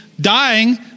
dying